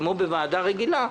כמו בוועדה רגילה,